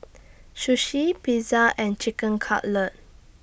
Sushi Pizza and Chicken Cutlet